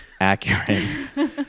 accurate